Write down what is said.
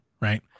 right